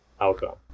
outcome